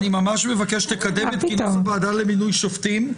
אני ממש מבקש לקדם את כינוס הוועדה למינוי שופטים.